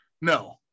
No